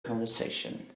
conversation